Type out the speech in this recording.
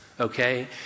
okay